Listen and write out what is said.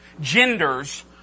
genders